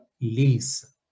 lease